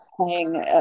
playing